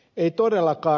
ei todellakaan